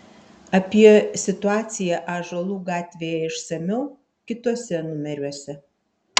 apie situaciją ąžuolų gatvėje išsamiau kituose numeriuose